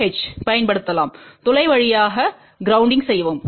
H பயன்படுத்தலாம் துளை வழியாக கிரௌண்டிங் செய்யவும்